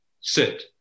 sit